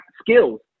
skills